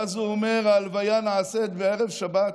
ואז הוא אומר, ההלוויה נעשית בערב שבת,